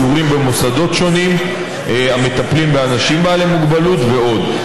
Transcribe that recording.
סיורים במוסדות שונים המטפלים באנשים בעלי מוגבלות ועוד.